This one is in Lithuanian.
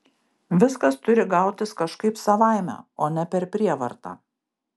viskas turi gautis kažkaip savaime o ne per prievartą